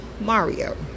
Mario